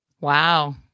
Wow